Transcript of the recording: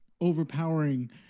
overpowering